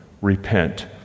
repent